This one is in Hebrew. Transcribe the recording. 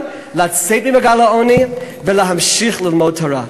לצאת ממעגל העוני ולהמשיך ללמוד תורה.